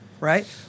Right